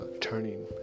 turning